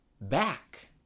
back